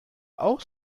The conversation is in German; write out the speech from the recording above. auch